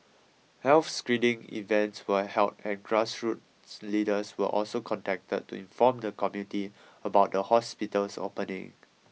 health screening events were held and grassroots leaders were also contacted to inform the community about the hospital's opening